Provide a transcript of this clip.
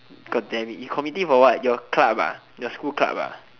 god damn it you committee for what your club ah your school club ah